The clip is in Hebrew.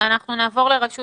נעבור לרשות